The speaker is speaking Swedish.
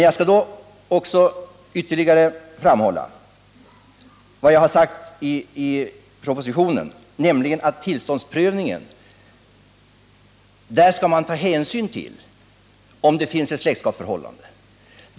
Jag skall ytterligare framhålla vad jag sagt i propositionen, nämligen att man vid tillståndsprövningen skall ta hänsyn till om det finns ett släktskapsförhållande.